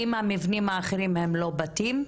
אם המבנים האחרים הם לא בתים?